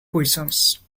questions